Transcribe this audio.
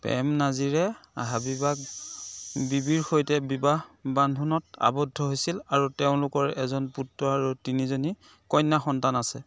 প্ৰেম নাজিৰে হাবিবা বীবীৰ সৈতে বিবাহ বান্ধোনত আবদ্ধ হৈছিল আৰু তেওঁলোকৰ এজন পুত্ৰ আৰু তিনিজনী কন্যা সন্তান আছে